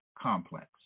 complex